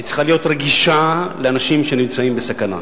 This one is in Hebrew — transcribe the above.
צריכה להיות רגישה לאנשים שנמצאים בסכנה.